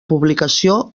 publicació